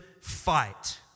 fight